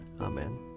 Amen